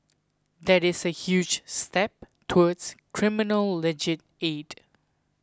that is a huge step towards criminal legal aid